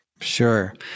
Sure